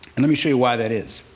and let me show you why that is.